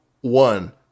one